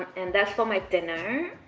and that's for my dinner.